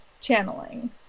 channeling